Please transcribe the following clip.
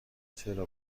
چرا